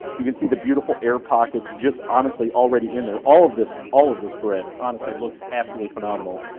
you can see the beautiful air pockets just, honestly, already in there. all of this, all of this bread, honestly, looks absolutely phenomenal.